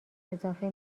اضافه